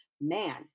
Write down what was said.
man